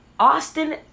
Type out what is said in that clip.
Austin